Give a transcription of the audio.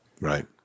right